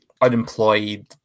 unemployed